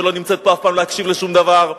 שלא נמצאת פה אף פעם להקשיב לשום דבר.